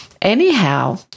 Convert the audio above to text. Anyhow